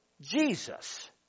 Jesus